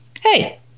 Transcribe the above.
hey